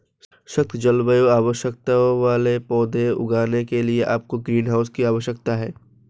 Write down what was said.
सख्त जलवायु आवश्यकताओं वाले पौधे उगाने के लिए आपको ग्रीनहाउस की आवश्यकता है